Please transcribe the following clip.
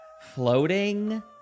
floating